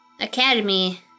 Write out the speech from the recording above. Academy